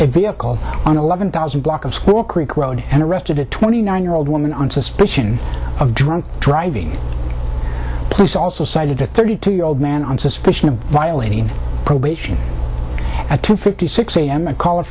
a vehicle on eleven thousand block of school creek road and arrested a twenty nine year old woman on suspicion of drunk driving police also cited a thirty two year old man on suspicion of violating probation at two fifty six a m a c